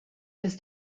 was